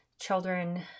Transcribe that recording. children